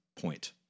point